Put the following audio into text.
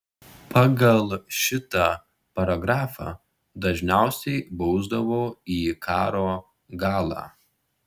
pagal šitą paragrafą dažniausiai bausdavo į karo galą